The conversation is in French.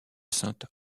sainte